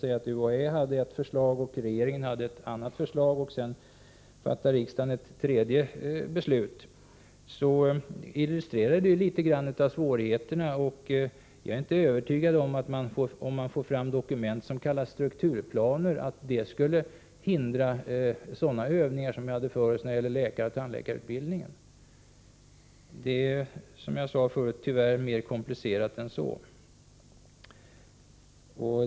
Han sade att UHÄ hade ett förslag, regeringen hade ett annat förslag och riksdagen fattade ett tredje beslut. Det illustrerar litet av svårigheterna. Om man får fram dokument som kallas strukturplaner är jag inte övertygad om att de skulle hindra sådana övningar som vi hade för oss när det gällde läkaroch tandläkarutbildningarna. Det är som sagt tyvärr mer komplicerat än så.